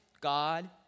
God